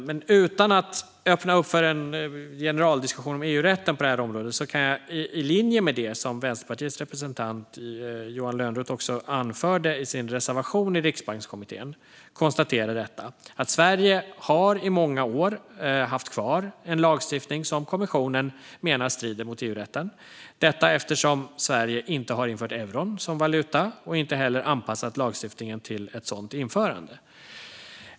Men utan att öppna upp för en generaldiskussion om EU-rätten på det här området kan jag, i linje med det som Vänsterpartiets representant Johan Lönnroth anförde i sin reservation i Riksbankskommittén, konstatera att Sverige i många år har haft kvar en lagstiftning som kommissionen menar strider mot EU-rätten, eftersom Sverige inte har infört euron som valuta och inte heller har anpassat lagstiftningen till ett sådant införande.